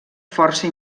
força